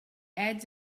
ads